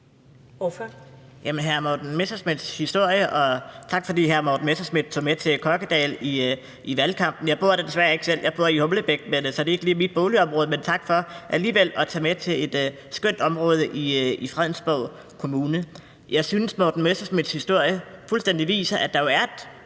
Kristian Hegaard (RV): Tak, fordi hr. Morten Messerschmidt tog med til Kokkedal i valgkampen. Jeg bor der desværre ikke selv; jeg bor i Humlebæk, så det er ikke lige mit boligområde. Men tak for alligevel at tage med til et skønt område i Fredensborg kommune. Jeg synes, hr. Morten Messerschmidts historie fuldstændig viser, at der jo er et